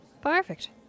Perfect